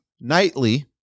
nightly